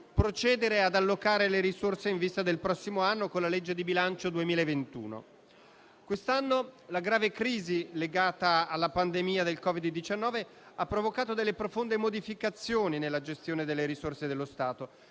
procedere ad allocare le risorse, in vista del prossimo anno, con la legge di bilancio 2021. Quest'anno la grave crisi legata alla pandemia da Covid-19 ha provocato delle profonde modificazioni nella gestione delle risorse dello Stato.